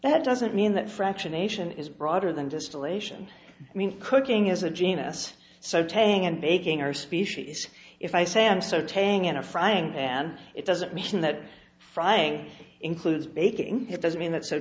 that doesn't mean that fractionation is broader than distillation i mean cooking is a genus so taking and baking are species if i say i'm so tang in a frying pan it doesn't mean that frying includes baking it doesn't mean that so